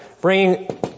bringing